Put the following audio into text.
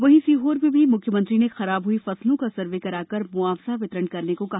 वहीं सीहोर में भी मुख्यमंत्री ने खराब हुई फसलों का सर्वे कराकर मुआवजा वितरण करने को कहा